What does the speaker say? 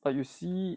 but you see